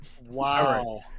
wow